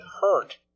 hurt